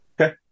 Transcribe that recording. Okay